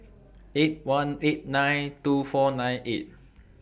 eight one eight nine two four nine eight